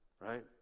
right